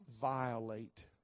violate